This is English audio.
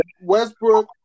Westbrook